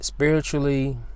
Spiritually